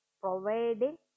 providing